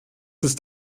ist